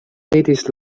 petis